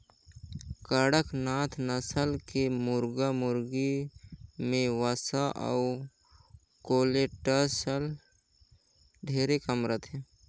कड़कनाथ नसल के मुरगा मुरगी में वसा अउ कोलेस्टाल ढेरे कम रहथे